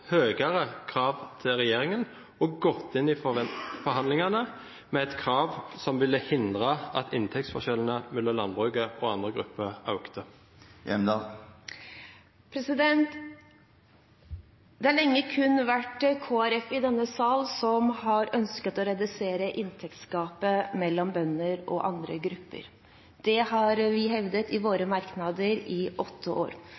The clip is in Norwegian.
høyere krav til regjeringen – gått inn i forhandlingene med et krav som ville hindret at inntektsforskjellene mellom grupper i landbruket og andre grupper økte? Det har lenge kun vært Kristelig Folkeparti i denne sal som har ønsket å redusere inntektsgapet mellom bønder og andre grupper. Det har vi hevdet i våre merknader i åtte år.